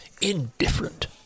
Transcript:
indifferent